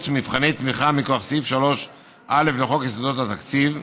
מבחני תמיכה מכוח סעיף 3א לחוק יסודות התקציב.